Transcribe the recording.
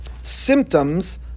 symptoms